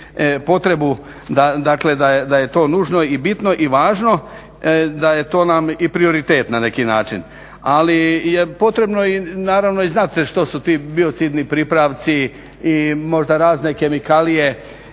potrebu dakle da je to nužno i bitno i važno, da je to nam i prioritet na neki način. Ali, je potrebno naravno i znati što su ti biocidni pripravci i možda razne kemikalije.